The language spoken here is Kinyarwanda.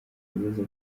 ageze